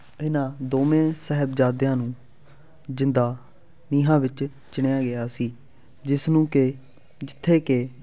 ਇਹਨਾਂ ਦੋਵੇਂ ਸਾਹਿਬਜ਼ਾਦਿਆਂ ਨੂੰ ਜਿੰਦਾ ਨੀਹਾਂ ਵਿੱਚ ਚਿਣਿਆ ਗਿਆ ਸੀ ਜਿਸ ਨੂੰ ਕਿ ਜਿੱਥੇ ਕਿ